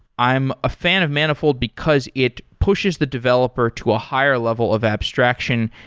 i'm a fan of manifold because it pushes the developer to a higher level of abstraction,